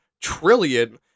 trillion